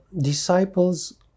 disciples